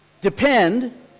depend